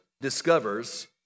discovers